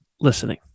listening